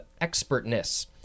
expertness